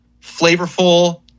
flavorful